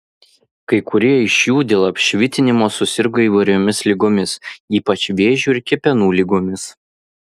kai kurie iš jų dėl apšvitinimo susirgo įvairiomis ligomis ypač vėžiu ir kepenų ligomis